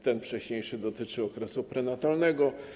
Ten wcześniejszy dotyczy okresu prenatalnego.